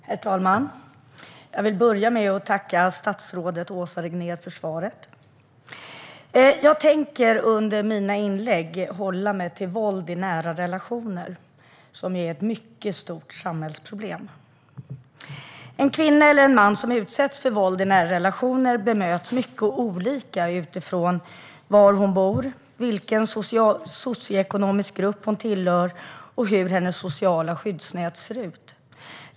Herr talman! Jag vill börja med att tacka statsrådet Åsa Regnér för svaret. Under mina inlägg tänker jag hålla mig till ämnet våld i nära relationer, som är ett mycket stort samhällsproblem. En kvinna eller man som utsätts för våld i en nära relation bemöts mycket olika beroende på var hon eller han bor, vilken socioekonomisk grupp hon eller han tillhör och hur det sociala skyddsnätet ser ut.